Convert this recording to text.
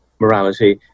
morality